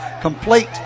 complete